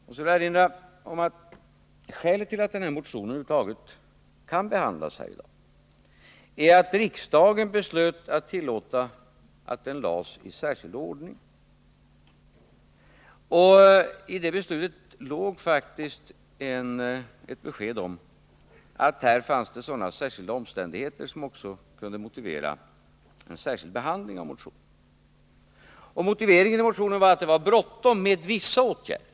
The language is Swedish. Jag vill erinra om att skälet till att den här motionen över huvud taget kan behandlas här i dag är att riksdagen beslöt att tillåta att den lades fram i särskild ordning. I det beslutet låg faktiskt ett besked om att här fanns det sådana särskilda omständigheter som också kunde motivera en särskild behandling av motionen. Motiveringen för motionen var att det var bråttom med vissa åtgärder.